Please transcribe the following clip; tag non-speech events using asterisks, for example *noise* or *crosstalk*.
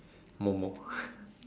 Momo *laughs*